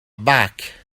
back